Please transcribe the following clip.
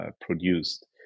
produced